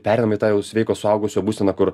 perėjom į tą jau sveiko suaugusio būseną kur